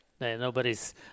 Nobody's